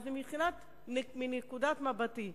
מנקודת מבטי,